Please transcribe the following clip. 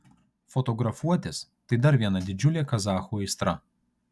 fotografuotis tai dar viena didžiulė kazachų aistra